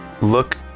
look